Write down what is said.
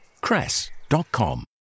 cress.com